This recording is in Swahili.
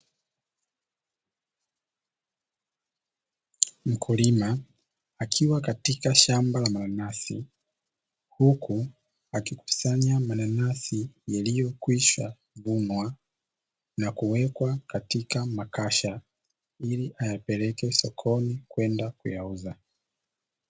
Mkulima akiwa katika shamba la mananasi, huku akikusanya mananasi yaliyokwishavunwa na kuwekwa katika makasha, ili ayapeleke sokoni kwenda kuyauza.